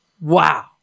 wow